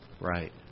Right